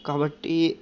కాబట్టీ